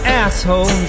asshole